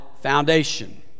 foundation